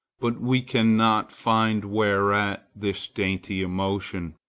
but we cannot find whereat this dainty emotion,